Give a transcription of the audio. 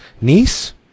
niece